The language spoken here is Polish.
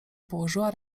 położyła